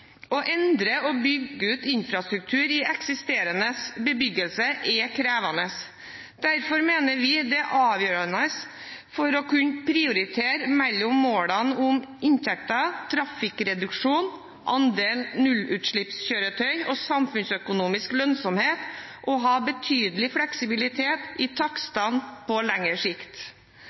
Å endre og bygge ut infrastruktur i eksisterende bebyggelse er krevende. Derfor mener vi det er avgjørende for å kunne prioritere mellom målene om inntekter, trafikkreduksjon, andel nullutslippskjøretøy og samfunnsøkonomisk lønnsomhet, å ha betydelig fleksibilitet i takstene på lengre sikt.